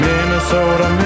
Minnesota